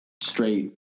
straight